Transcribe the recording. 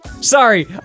Sorry